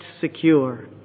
secure